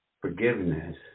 forgiveness